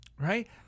Right